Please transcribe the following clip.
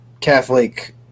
Catholic